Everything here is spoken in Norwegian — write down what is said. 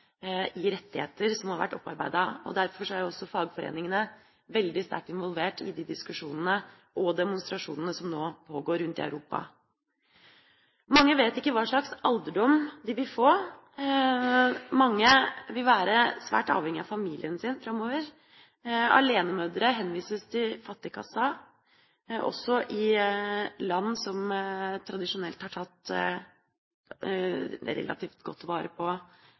gjelder rettigheter som har vært opparbeidet. Derfor er også fagforeningene veldig sterkt involvert i de diskusjonene og demonstrasjonene som nå pågår rundt i Europa. Mange vet ikke hva slags alderdom de vil få, og mange vil være svært avhengige av familien sin framover. Alenemødre henvises til fattigkassa, også i land som tradisjonelt har tatt relativt godt vare på